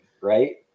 right